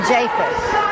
Japheth